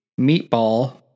meatball